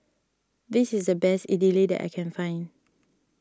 this is the best Idili that I can find